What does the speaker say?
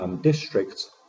Districts